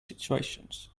situations